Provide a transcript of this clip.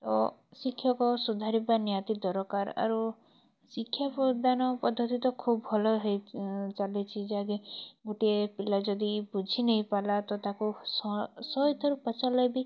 ତ ଶିକ୍ଷକ ସୁଧାରିବା ନିହାତି ଦରକାର ଆରୁ ଶିକ୍ଷା ପ୍ରଦାନ ପଦ୍ଧତି ତ ଖୁବ୍ ଭଲ ହେଇ ଚାଲୁଚି ଯାହାକି ଗୁଟେ ପିଲା ଯଦି ବୁଝିନେଇପାର୍ଲା ତ ତାକୁ ଶହେ ଥର ପଚାର୍ଲେ ବି